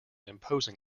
imposing